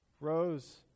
rose